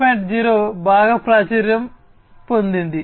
0 బాగా ప్రాచుర్యం పొందింది